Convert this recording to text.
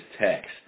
text